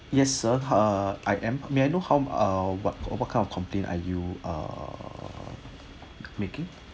yes sir ugh I am may I know how err what what kind of complaint are you uh making